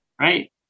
Right